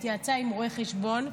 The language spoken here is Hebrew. היא התייעצה עם רואה חשבון,